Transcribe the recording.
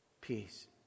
peace